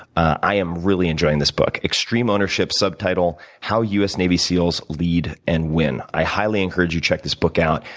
i am really enjoying this book, extreme ownership, subtitle how u s. navy seals lead and win. i highly encourage you check this book out.